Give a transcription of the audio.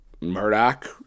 Murdoch